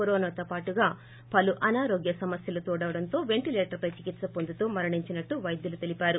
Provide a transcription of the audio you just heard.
కరోనాతో పాటుగా పలు అనారోగ్య సమస్యలు తోడవంతో పెంటిలేటర్పై చికిత్స వొందుతూ మరణించినట్లు వైద్యులు తెలిపారు